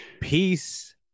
Peace